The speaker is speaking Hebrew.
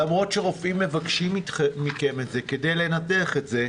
למרות שרופאים מבקשים את זה מכם כדי לנתח את זה,